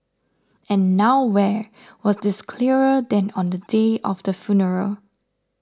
and nowhere was this clearer than on the day of the funeral